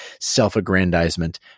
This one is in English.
self-aggrandizement